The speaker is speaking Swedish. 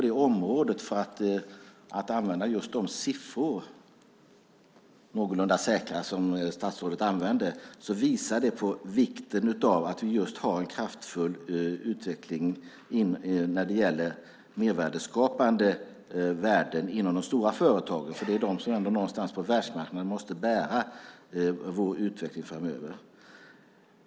De någorlunda säkra siffror statsrådet använder visar på vikten av att vi har en kraftfull utveckling när det gäller mervärdeskapande värden inom de stora företagen. Det är de som ändå någonstans på världsmarknaden måste bära vår utveckling framöver.